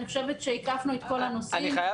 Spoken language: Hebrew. אני חושבת שהקפנו את כל הנושאים.